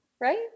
Right